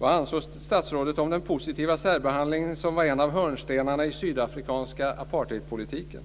Vad anser statsrådet om den positiva särbehandling som var en av hörnstenarna i den sydafrikanska apartheidpolitiken?